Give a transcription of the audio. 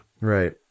Right